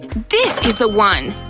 this is the one!